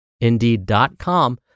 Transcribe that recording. Indeed.com